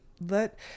Let